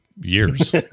years